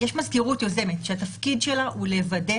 יש מזכירות יוזמת שהתפקיד שלה לוודא